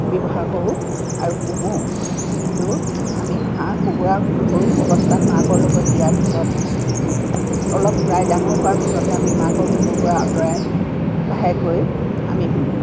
ব্যৱহাৰ কৰোঁ আৰু পুহোঁ কিন্তু আমি হাঁহ কুকুৰা সৰু অৱস্থাত মাকৰ লগত দিয়াৰ পিছত অলপ প্ৰায় ডাঙৰ হোৱাৰ পিছতহে আমি মাকৰ বুকুৰ পৰা অঁতৰাই লাহেকৈ আমি